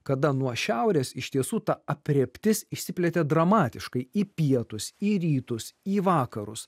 kada nuo šiaurės iš tiesų ta aprėptis išsiplėtė dramatiškai į pietus į rytus į vakarus